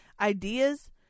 ideas